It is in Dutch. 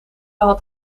had